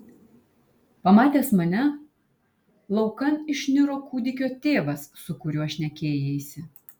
pamatęs mane laukan išniro kūdikio tėvas su kuriuo šnekėjaisi